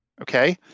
Okay